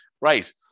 Right